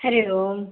Hari Om